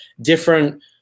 Different